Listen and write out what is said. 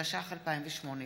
התשע"ח 2018,